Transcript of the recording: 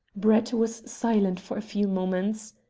brett was silent for a few moments.